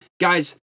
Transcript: Guys